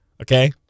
Okay